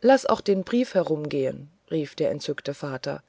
laß auch den brief herumgehen rief der entzückte vater